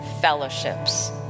fellowships